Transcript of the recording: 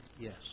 Yes